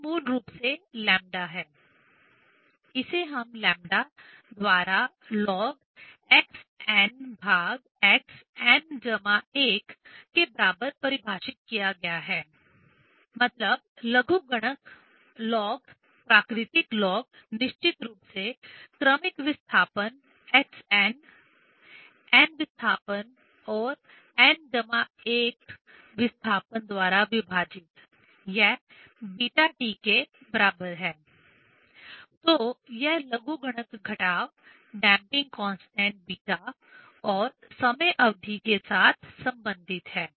यह मूल रूप से लैम्ब्डा है इसे इस लैम्ब्डा द्वारा lnxnxn1 के बराबर परिभाषित किया गया है मतलब लघुगणक लॉग प्राकृतिक लॉग निश्चित रूप से क्रमिक विस्थापन xn nth विस्थापन और n1 वें विस्थापन द्वारा विभाजित यह βT के बराबर है तो यह लघुगणक घटाव डैंपिंग कांस्टेंट β और समय अवधि T के साथ संबंधित है